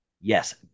Yes